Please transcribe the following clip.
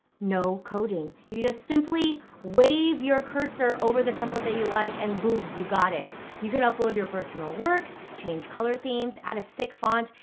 no coding, you just simply wave your cursor over the template that you like, and boom, you got it. you can upload your personal work, change color themes, add a sick font,